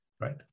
right